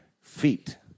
feet